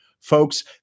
Folks